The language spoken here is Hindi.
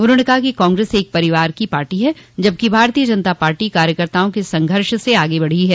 उन्होंने कहा कि कांग्रेस एक परिवार की पार्टी है जबकि भारतीय जनता पार्टी कार्यकर्ताओं के संघर्ष से आगे बढ़ी है